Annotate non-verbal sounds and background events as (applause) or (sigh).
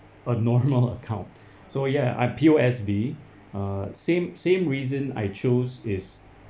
a normal account (breath) so ya ah P_O_S_B err same same reason I choose is